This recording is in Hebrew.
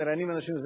מראיינים אנשים.